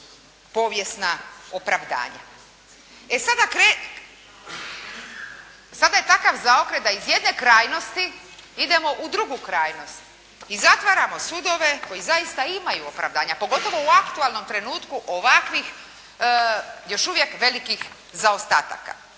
povijesna opravdanja. Sada je takav zaokret da iz jedne krajnosti idemo u drugu krajnost i zatvaramo sudove koji zaista imaju opravdanja, pogotovo u aktualnom trenutku ovakvih, još uvijek velikih zaostataka.